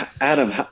Adam